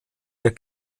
der